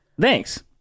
thanks